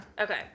Okay